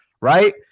Right